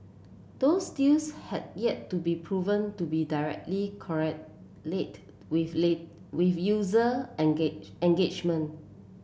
those deals have yet to be proven to be directly correlate with late with user engage engagement